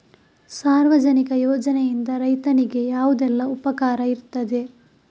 ಸಾರ್ವಜನಿಕ ಯೋಜನೆಯಿಂದ ರೈತನಿಗೆ ಯಾವುದೆಲ್ಲ ಉಪಕಾರ ಇರ್ತದೆ?